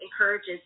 encourages